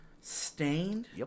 Stained